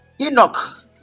Enoch